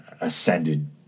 ascended